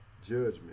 judgment